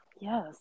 yes